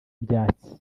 ibyatsi